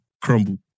crumbled